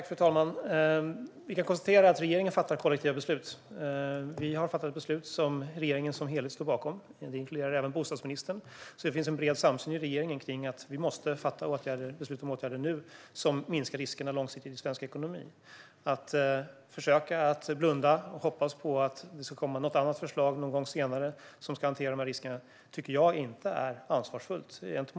Fru talman! Regeringen fattar kollektiva beslut. Vi har fattat ett beslut som regeringen som helhet står bakom. Det inkluderar även bostadsministern. Det finns alltså en bred samsyn i regeringen om att vi måste fatta beslut om åtgärder nu som långsiktigt minskar riskerna för svensk ekonomi. Jag tycker inte att det är ansvarsfullt gentemot framtiden att försöka blunda och hoppas på att det ska komma något annat förslag någon gång senare som hanterar dessa risker.